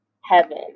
heaven